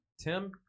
tim